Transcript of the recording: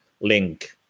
link